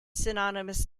synonymous